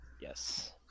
Yes